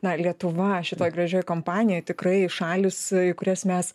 na lietuva šitoj gražioj kompanijoj tikrai šalys kurias mes